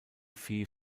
phi